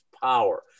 power